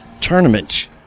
Tournament